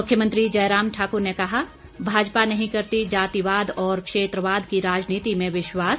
मुख्यमंत्री जयराम ठाकुर ने कहा भाजपा नहीं करती जातिवाद और क्षेत्रवाद की राजनीति में विश्वास